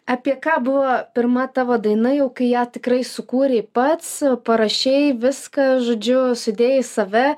apie ką buvo pirma tavo daina jau kai ją tikrai sukūrei pats parašei viskas žodžiu sudėjai save